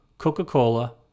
Coca-Cola